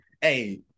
Hey